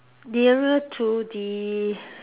nearer to the